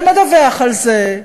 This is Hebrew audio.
ומדווח על זה,